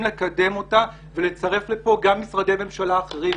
לקדם אותו ולצרף לכאן גם משרדי ממשלה אחרים.